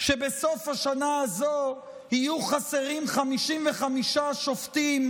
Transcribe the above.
שבסוף השנה הזאת יהיו חסרים 55 שופטים,